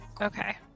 Okay